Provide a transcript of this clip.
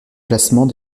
classement